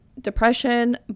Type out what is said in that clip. depression